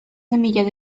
semillas